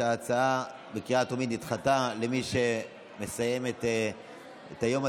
אם כן,